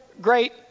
great